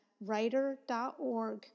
writer.org